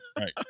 right